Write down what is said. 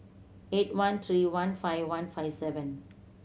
eight one three one five one five seven